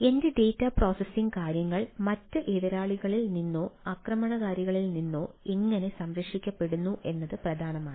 എന്റെ data processing കാര്യങ്ങൾ മറ്റ് എതിരാളികളിൽ നിന്നോ ആക്രമണകാരികളിൽ നിന്നോ എങ്ങനെ സംരക്ഷിക്കപ്പെടുന്നു എന്നത് പ്രധാനമാണ്